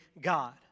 god